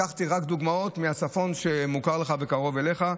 לקחתי רק דוגמאות מהצפון, שמוכר לך וקרוב אליך.